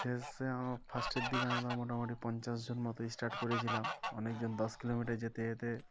শেষে ফার্স্টের দিকে আমরা মোটামুটি পঞ্চাশ জন মতো স্টার্ট করেছিলাম অনেকজন দশ কিলোমিটার যেতে যেতে